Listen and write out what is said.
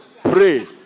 pray